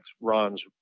Ron's